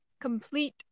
complete